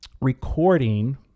recording